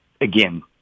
again